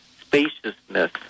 spaciousness